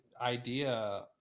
idea